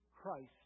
Christ